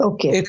Okay